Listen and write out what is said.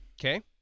Okay